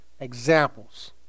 examples